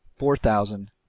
four thousand,